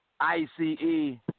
I-C-E